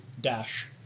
dash